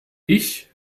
ich